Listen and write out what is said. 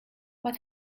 but